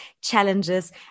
challenges